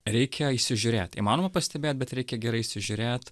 reikia įsižiūrėt įmanoma pastebėt bet reikia gerai įsižiūrėt